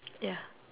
ya